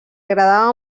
agradava